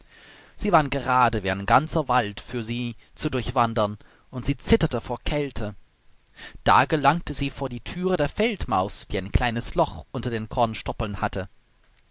sie waren gerade wie ein ganzer wald für sie zu durchwandern und sie zitterte vor kälte da gelangte sie vor die thüre der feldmaus die ein kleines loch unter den kornstoppeln hatte